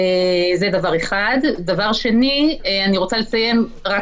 דבר שני, אני רוצה לציין משהו